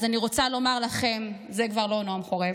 אז אני רוצה לומר לכם, זה כבר לא נועם חורב,